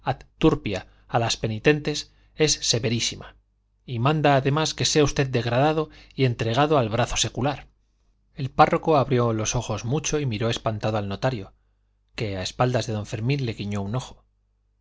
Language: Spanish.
turpia a las penitentes es severísima y manda además que sea usted degradado y entregado al brazo secular el párroco abrió los ojos mucho y miró espantado al notario que a espaldas de don fermín le guiñó un ojo